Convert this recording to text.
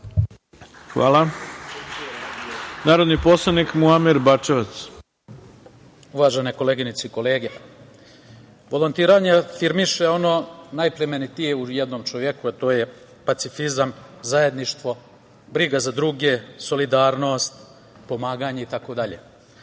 Hvala. Narodni poslanik Muamer Bačevac. **Muamer Bačevac** Uvažene koleginice i kolege, volontiranje afirmiše ono najplemenitije u jednom čoveku, a to je pacifizam, zajedništvo, briga za druge, solidarnost, pomaganje itd. Vreme